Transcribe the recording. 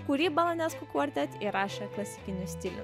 kurį balanesku kvartet įrašė klasikiniu stiliumi